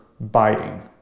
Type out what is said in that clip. biting